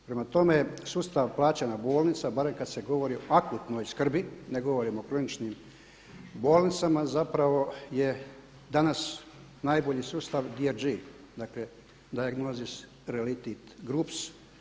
Prema tome, sustav plaćanja bolnica barem kad se govori o akutnoj skrbi ne govorim o kliničkim bolnicama, zapravo je danas najbolji sustav … Dakle, diagnosis related groups.